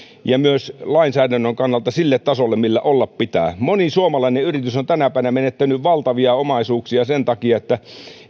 kuin myös lainsäädäntömme kannalta sille tasolle millä olla pitää moni suomalainen yritys on tänä päivänä menettänyt valtavia omaisuuksia sen takia että